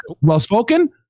Well-spoken